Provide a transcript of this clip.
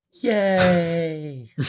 Yay